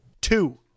Two